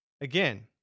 Again